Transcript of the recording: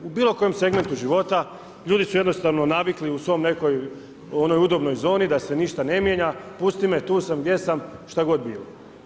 U bilo kojem segmentu života, ljudi su jednostavno navikli u svojoj nekakvoj onoj udobnoj zoni da se ništa ne mijenja, pusti me tu sam gdje sam, šta god bilo.